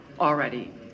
already